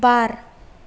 बार